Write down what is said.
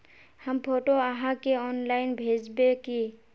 हम फोटो आहाँ के ऑनलाइन भेजबे की?